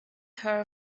her